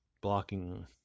blocking